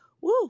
Woo